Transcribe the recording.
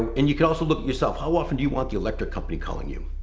and you can also look yourself, how often do you want the electric company calling you?